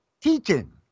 teaching